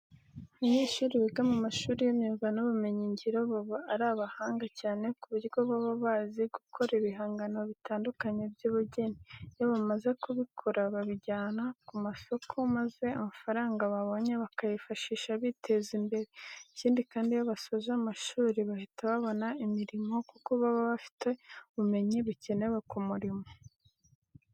Abanyeshuri biga mu mashuri y'imyuga n'ubumenyingiro baba ari abahanga cyane ku buryo baba bazi gukora ibihangano bitandukanye by'ubugeni. Iyo bamaze kubikora babijyana ku masoko maza amafaranga babonye bakayifashisha biteza imbere. Ikindi kandi, iyo basoje amashuri bahita babona imirimo kuko baba bafite ubumenyi bukenewe ku murimo.